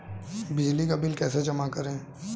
बिजली का बिल कैसे जमा करें?